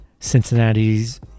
Cincinnati's